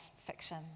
fiction